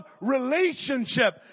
relationship